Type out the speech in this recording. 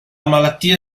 malattia